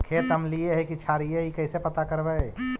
खेत अमलिए है कि क्षारिए इ कैसे पता करबै?